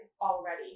already